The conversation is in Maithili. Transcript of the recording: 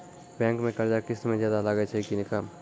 बैंक के कर्जा किस्त मे ज्यादा लागै छै कि कम?